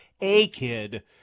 A-Kid